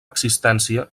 existència